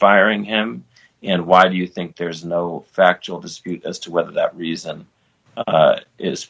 firing him and why do you think there is no factual dispute as to whether that reason